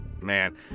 man